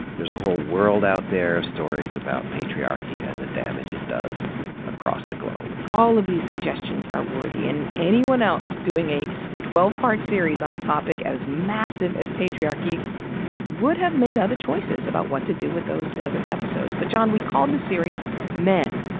there's a whole world out there of stories about patriarchy and the damage it does across the globe. all of these suggestions are worthy, and anyone else doing a twelve part series on a topic as massive as patriarchy would have made other choices about what to do with those dozen episodes. but john, we called the series men,